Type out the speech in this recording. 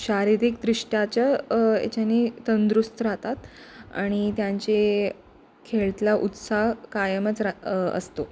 शारीरिकदृष्ट्याच्या याच्याने तंदुरुस्त राहतात आणि त्यांचे खेळातला उत्साह कायमच रा असतो